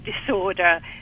disorder